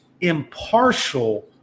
impartial